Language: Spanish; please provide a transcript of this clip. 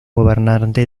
gobernante